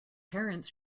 parents